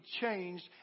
changed